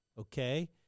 Okay